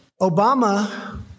Obama